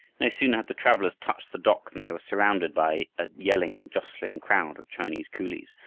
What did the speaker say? no sooner had the travelers touched the dock, than they were surrounded by a yelling, jostling crowd of chinese coolies,